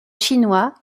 chinois